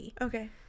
okay